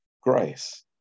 grace